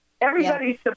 Everybody's